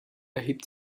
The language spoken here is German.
erhebt